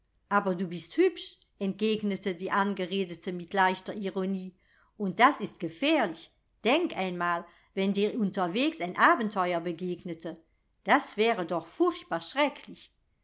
aber du bist hübsch entgegnete die angeredete mit leichter ironie und das ist gefährlich denk einmal wenn dir unterwegs ein abenteuer begegnete das wäre doch furchtbar schrecklich